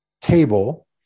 table